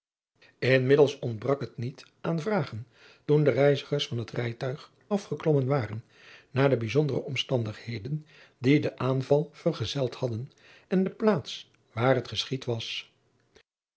nmiddels ontbrak het niet aan vragen toen de reizigers van het rijtuig afgeklommen waren naar de bijzondere omstandigheden die den aanval vergezeld hadden en de plaats waar het geschied was